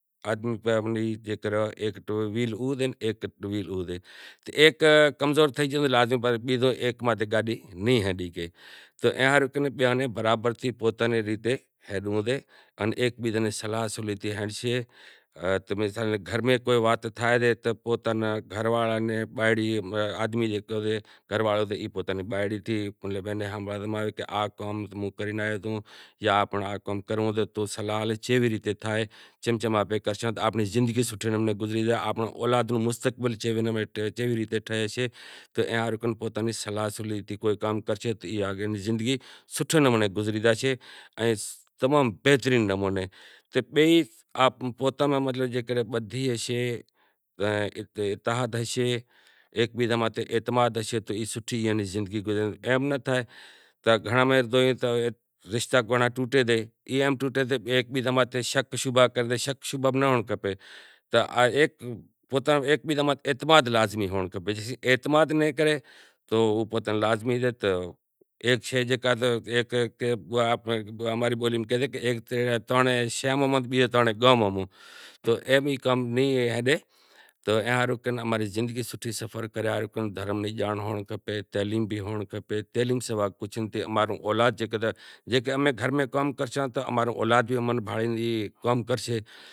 ایک وہیل او سے تو بیزو او سے اگر ایک کمزور تھئی گیو تو گاڈی نئیں ہلی شگے تو ایئا ہاروں بیاں نوں برابر تھی پوتاں نیں ریتے ہلنوو سے۔ ہیکے بیزے نی صلاح سولی تے ہلشے اے بیزو بھی ایوا پرابلم تھئسیں کہ خودکشیوں کری راشیں جاں کو سوکری ایوی ہوشے مطلب آخر بیزاں بھیڑی زاتی بھی راہسے تو ای اماں ری قوم ماں ہندو سماج ماں بدہاں رو مسئلا سے۔ کہ سوکری بیزاں بھیگی بھاگی زائے چمکہ دھرم نی جانڑ ناں ہوئے۔ اماں را ای دماغ ماں جی غریب انڑپڑہیل مانڑاں ناں تعلیم ہوسے دھرم نی جانڑ ہوسے تو ای غلط قدم نیں کھنڑے تعلیم ہوشے تو پوتاں نیں سوٹھے نمونے زندگی نو سفر کرسیں۔ تو اے بھی کام نہیں ہلے تو ایئا ہاروں دھرم نیں جانڑ بھی ہوئنڑ کھپے تو اماں رو اولاد بھی کام کرشے۔